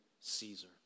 Caesar